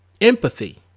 empathy